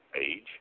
age